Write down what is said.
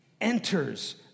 enters